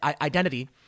identity